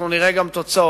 אנחנו נראה תוצאות,